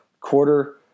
quarter